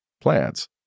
plants